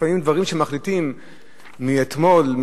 ולפעמים דברים שמחליטים אתמול,